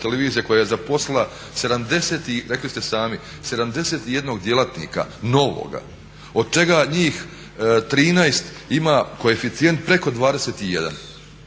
televizija koja je zaposlila, rekli ste sami 71 djelatnika novoga od čega njih 13 ima koeficijent preko 21